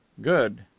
good